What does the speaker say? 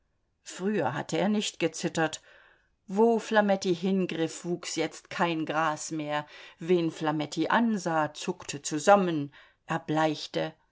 früher hatte er nicht gezittert wo flametti hingriff wuchs jetzt kein gras mehr wen flametti ansah zuckte zusammen erbleichte